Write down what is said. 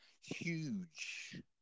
huge